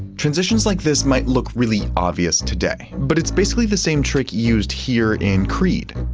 transitions like this might look really obvious today. but it's basically the same trick used here in creed.